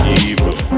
evil